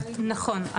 נכון,